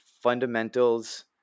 fundamentals –